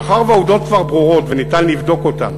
מאחר שהעובדות כבר ברורות וניתן לבדוק אותן,